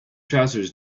trousers